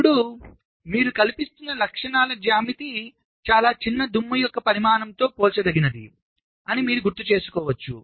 ఇప్పుడు మీరు కల్పిస్తున్న లక్షణాల జ్యామితి చాలా చిన్న దుమ్ము యొక్క పరిమాణంతో పోల్చదగినదని మీరు గుర్తు చేసుకోవచ్చు